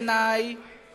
ומדינה יהודית בעיני היא